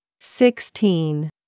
sixteen